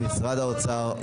משרד האוצר,